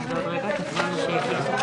בשעה